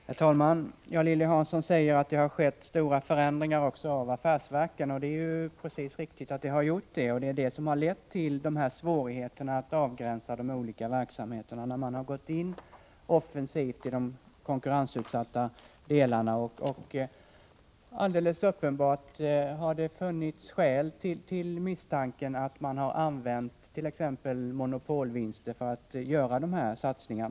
Herr talman! Lilly Hansson sade att det har skett stora förändringar också inom affärsverken. Det är riktigt. Det har lett till svårigheterna att avgränsa de olika verksamheterna, när man har gått in offensivt i konkurrensutsatta delar. Alldeles uppenbart har det funnits skäl till misstanken att man har använt t.ex. monopolvinster för att göra dessa satsningar.